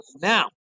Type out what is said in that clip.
Now